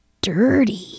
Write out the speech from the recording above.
dirty